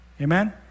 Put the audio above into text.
Amen